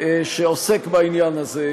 שעוסק בעניין הזה,